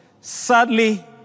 Sadly